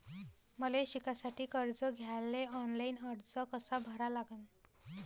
मले शिकासाठी कर्ज घ्याले ऑनलाईन अर्ज कसा भरा लागन?